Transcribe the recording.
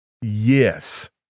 yes